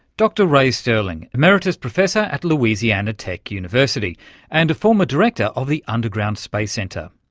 dr ray sterling, emeritus professor at louisiana tech university and a former director of the underground space center.